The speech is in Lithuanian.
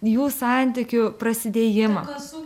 jų santykių prasidėjimą